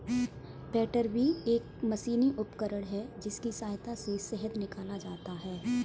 बैटरबी एक मशीनी उपकरण है जिसकी सहायता से शहद निकाला जाता है